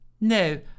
No